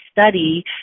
study